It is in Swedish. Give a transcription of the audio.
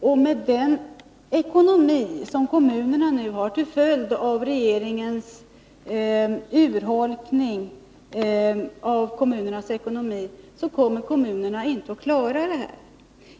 Med den ekonomi som kommunerna nu har, till följd av regeringens urholkning, kommer kommunerna inte att klara detta.